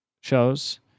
shows